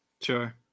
Sure